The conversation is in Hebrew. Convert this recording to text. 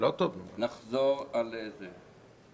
אחזור על הצעתי.